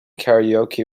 karaoke